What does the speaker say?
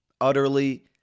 Utterly